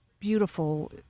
beautiful